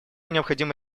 необходимо